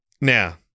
Now